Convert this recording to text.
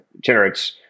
generates